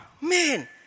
man